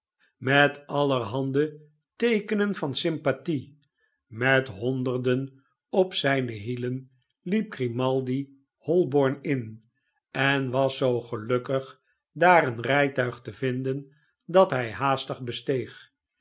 met allerhande teekenen van sympathie met honderden op zijne hielen liep grimaldi holborn in en was zoo gelukkig daar een rijtuig te vinden dat hij haastig besteeg